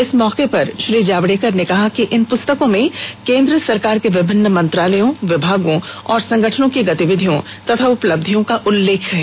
इस मौके पर श्री जावड़ेकर ने कहा कि इन पुस्तकों में केन्द्र सरकार के विभिन्न मंत्रालयों विभागों और संगठनों की गतिविधियों तथा उपलब्धियों का उल्लेख है